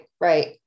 right